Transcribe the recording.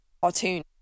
cartoon